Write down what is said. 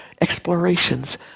explorations